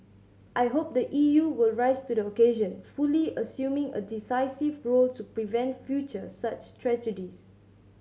I hope the E U will rise to the occasion fully assuming a decisive role to prevent future such tragedies